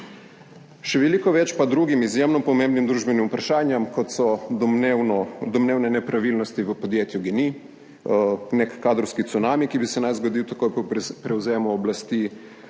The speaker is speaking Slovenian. še veliko več pa drugim, izjemno pomembnim družbenim vprašanjem, kot so domnevne nepravilnosti v podjetju GEN-I, nek kadrovski cunami, ki bi se naj zgodil takoj po prevzemu oblasti.